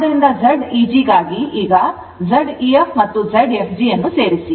ಆದ್ದರಿಂದ Zeg ಗಾಗಿ ಈಗ Z ef Zfg ಅನ್ನು ಸೇರಿಸಿ